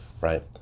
Right